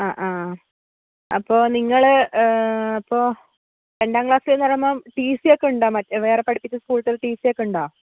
ആ ആ അപ്പോൾ നിങ്ങൾ ഇപ്പോൾ രണ്ടാം ക്ലാസ്സിൽ എന്ന് പറയുമ്പം ടി സി ഒക്കെ ഉണ്ടോ വേറെ പഠിപ്പിച്ച സ്കൂളിലെ ടി സി ഒക്കെ ഉണ്ടോ